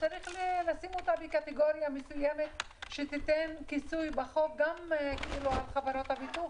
וצריך לשים אותה בקטגוריה מסוימת שתיתן כיסוי בחוק גם דרך חברות הביטוח,